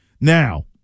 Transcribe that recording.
Now